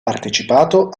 partecipato